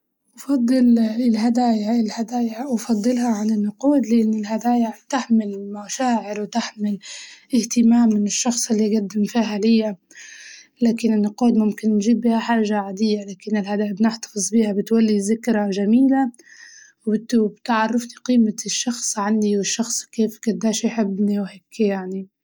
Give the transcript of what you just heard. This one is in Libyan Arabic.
أفضل الهدايا الهدايا أفضلها عن النقود لأن الهدايا تحمل مشاعر وتحمل اهتمام من الشخص اللي قدم فيها هدية، لكن النقود ممكن نجيب بيها حاجة عادية لكن الهدايا بنحتفظ بيها بتولي زكرى جميلة وبت- وبتعرفني قيمة الشخص عندي والشخص كيف قديش يحبني وهيكي يعني.